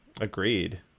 agreed